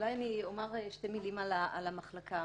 אני אומר כמה מילים על המחלקה.